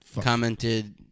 commented